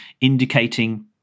indicating